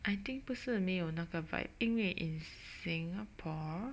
I think 不是没有那个 vibe 因为是 in Singapore